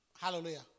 Hallelujah